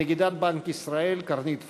נגידת בנק ישראל קרנית פלוג,